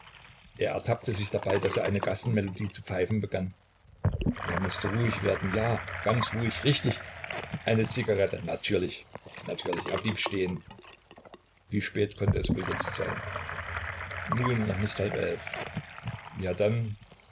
er ertappte sich dabei daß er eine gassenmelodie zu pfeifen begann er mußte ruhig werden ja ganz ruhig richtig eine zigarette natürlich natürlich er blieb stehen wie spät konnte es wohl jetzt sein nun noch nicht halb elf ja dann